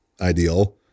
ideal